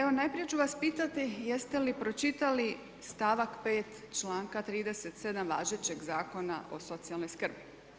Evo najprije ću vas pitati jeste li pročitali stavak 5. članka 37. važećeg Zakona o socijalnoj skrbi.